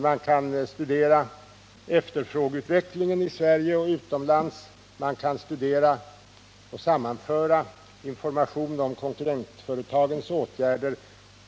Man kan studera efterfrågeutvecklingen i Sverige och i utlandet. Man kan studera och sammanföra information om konkurrentföretagens åtgärder.